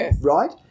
right